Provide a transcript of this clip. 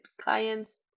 clients